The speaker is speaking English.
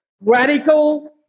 Radical